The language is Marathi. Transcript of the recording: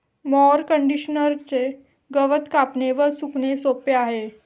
मॉवर कंडिशनरचे गवत कापणे आणि सुकणे सोपे आहे